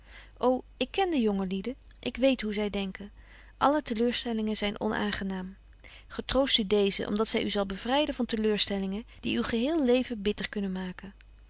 ô ik ken de jonge lieden ik weet hoe zy denken alle teleurstellingen zyn onaangenaam getroost u deeze om dat zy u zal bevryden van teleurstellingen die uw geheel leven bitter kunnen maken